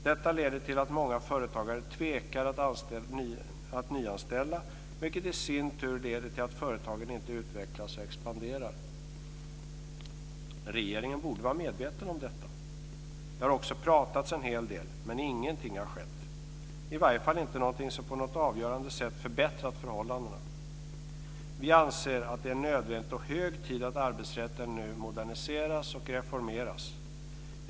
Det leder till att många företagare tvekar att nyanställa, vilket i sin tur leder till att företaget inte utvecklas och expanderar. Regeringen borde vara medveten om detta. Det har också pratats en hel del, men ingenting har skett - i varje fall inte någonting som på något avgörande sätt förbättrat förhållandena. Vi anser att det är nödvändigt och hög tid att arbetsrätten nu moderniseras och reformeras.